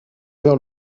vers